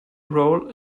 role